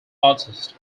artist